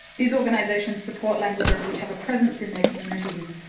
these organisations support languages which have a presence in their communities,